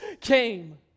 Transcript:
came